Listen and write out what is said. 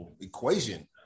equation